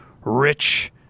rich